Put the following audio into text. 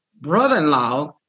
brother-in-law